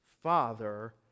Father